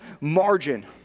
margin